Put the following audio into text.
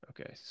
Okay